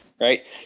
right